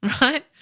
right